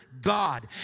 God